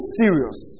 serious